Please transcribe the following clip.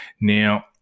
Now